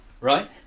Right